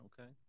Okay